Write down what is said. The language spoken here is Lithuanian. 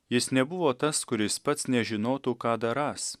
jis nebuvo tas kuris pats nežinotų ką darąs